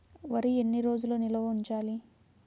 వరి ఎన్ని రోజులు నిల్వ ఉంచాలి?